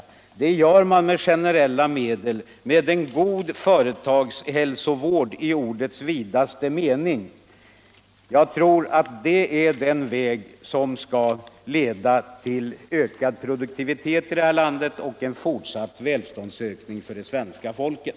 Det gör man bäst med generclla medel, med en god företagshälsovård i ordets vidaste mening. Jag tror att det är vägen som skall leda till ökad effektivitet i det här landet och därmed till en fortsatt välståndsökning för svenska folket.